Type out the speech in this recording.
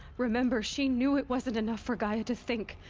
remember, she knew it wasn't enough for gaia to think.